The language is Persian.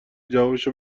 جوابشو